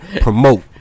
Promote